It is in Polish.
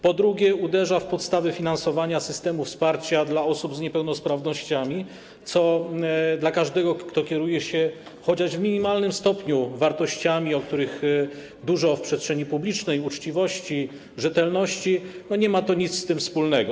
Po drugie, uderza w podstawy finansowania systemu wsparcia dla osób z niepełnosprawnościami, co dla każdego, kto kieruje się chociaż w minimalnym stopniu wartościami, o których dużo mówi się w przestrzeni publicznej: uczciwością, rzetelnością, nie ma z nimi nic wspólnego.